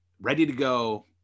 ready-to-go